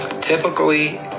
Typically